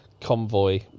convoy